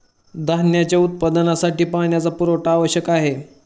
धान्याच्या उत्पादनासाठी पाण्याचा पुरवठा आवश्यक आहे